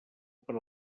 per